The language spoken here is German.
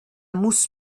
muss